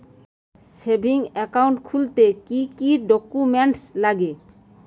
Savings account খুলতে কি কি ডকুমেন্টস লাগবে?